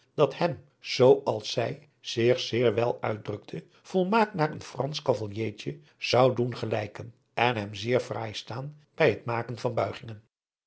dat hem zoo als zij zich zeer wel adriaan loosjes pzn het leven van johannes wouter blommesteyn uitdrukte volmaakt naar een fransch kavalliertje zou doen gelijken en hem zeer fraai staan bij het maken van